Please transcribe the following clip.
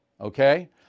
Okay